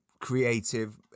creative